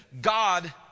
God